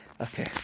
Okay